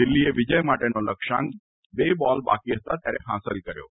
દિલ્હીએ વિજય માટેનો લક્ષ્યાંક બે બોલ બાકી હતા ત્યારે હાંસલ કર્યો હતો